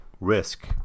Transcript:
risk